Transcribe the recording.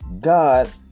God